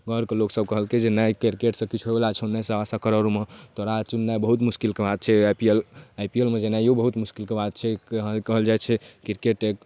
घरके लोकसभ कहलकै जे नहि किरकेटसँ किछु होइवला छौ नहि सवा सओ करोड़मे तोरा चुननाइ बहुत मोसकिलके बात छै I P L I P L मे गेनाइओ बहुत मोसकिलके बात छै से अहाँके कहल जाइ छै किरकेटमे